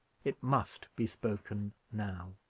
it must be spoken now.